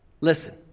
listen